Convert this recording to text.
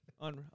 On